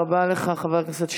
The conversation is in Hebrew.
תודה רבה לך, חבר הכנסת שטרן.